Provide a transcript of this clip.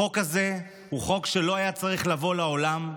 החוק הזה הוא חוק שלא היה צריך לבוא לעולם,